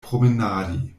promenadi